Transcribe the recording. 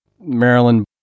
Maryland